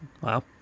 Wow